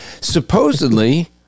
Supposedly